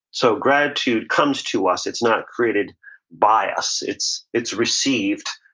so gratitude comes to us. it's not created by us. it's it's received.